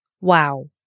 Wow